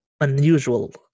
unusual